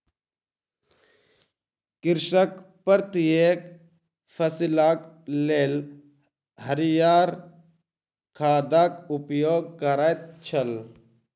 कृषक प्रत्येक फसिलक लेल हरियर खादक उपयोग करैत छल